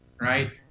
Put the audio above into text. right